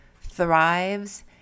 thrives